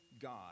God